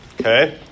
okay